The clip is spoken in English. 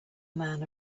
man